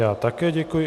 Já také děkuji.